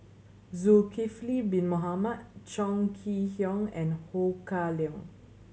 Zulkifli Bin Mohamed Chong Kee Hiong and Ho Kah Leong